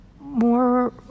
more